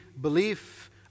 belief